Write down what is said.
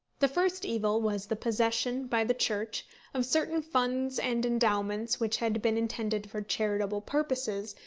the first evil was the possession by the church of certain funds and endowments which had been intended for charitable purposes,